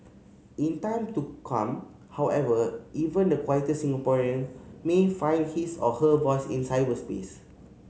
in time to come however even the quieter Singaporean may find his or her voice in cyberspace